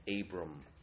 Abram